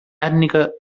ètnica